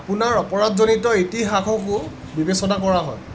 আপোনাৰ অপৰাধজনিত ইতিহাসকো বিবেচনা কৰা হয়